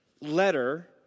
letter